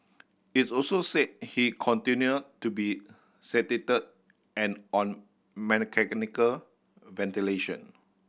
is also said he continued to be sedated and on ventilation